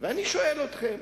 ואני שואל אתכם: